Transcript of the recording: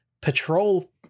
Patrol